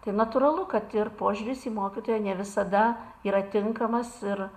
tai natūralu kad ir požiūris į mokytoją ne visada yra tinkamas ir